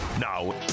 Now